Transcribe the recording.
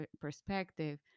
perspective